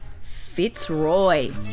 Fitzroy